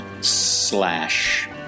slash